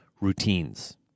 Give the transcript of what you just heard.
routines